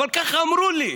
אבל ככה אמרו לי.